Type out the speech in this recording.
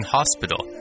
Hospital